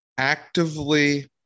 actively